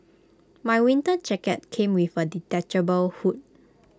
my winter jacket came with A detachable hood